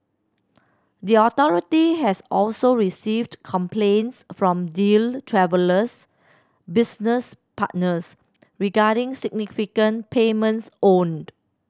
the authority has also received complaints from Deal Travel's business partners regarding significant payments owed